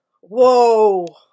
Whoa